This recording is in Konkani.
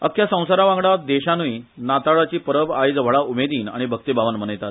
अख्ख्या संवसार आनी देशावांगडाच गोंयानूय नाताळाची परब आयज व्हडा उमेदीन आनी भक्तीभावान मनयतात